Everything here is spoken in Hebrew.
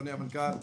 אדוני המנכ"ל,